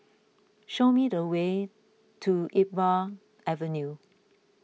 show me the way to Iqbal Avenue